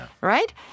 Right